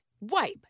wipe